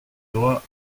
loi